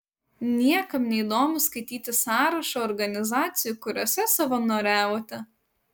niekam neįdomu skaityti sąrašą organizacijų kuriose savanoriavote